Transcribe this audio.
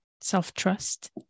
self-trust